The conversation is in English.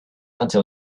until